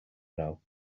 know